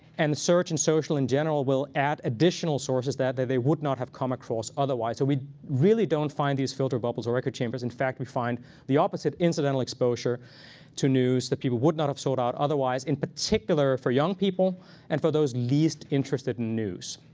and search and social in general will add additional sources that they they would not have come across across otherwise. so we really don't find these filter bubbles or echo chambers. in fact, we find the opposite incidental exposure to news that people would not have sought out otherwise, in particular for young people and for those least interested in news.